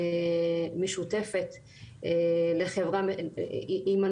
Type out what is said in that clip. שכלכלה משותפת היא מנוף,